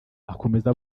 akomeza